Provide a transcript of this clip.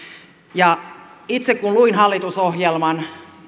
ja itse kun luin hallitusohjelman